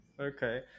okay